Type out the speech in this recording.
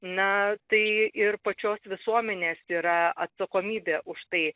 na tai ir pačios visuomenės yra atsakomybė už tai